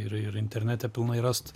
ir ir internete pilnai rast